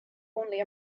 only